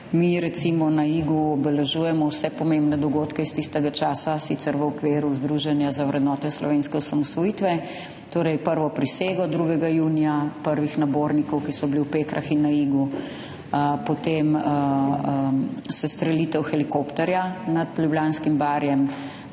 Recimo mi na Igu obeležujemo vse pomembne dogodke iz tistega časa, sicer v okviru Združenja za vrednote slovenske osamosvojitve, torej prvo prisego 2. junija prvih nabornikov, ki so bili v Pekrah in na Igu, potem sestrelitev helikopterja nad Ljubljanskim barjem,